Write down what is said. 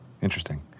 Interesting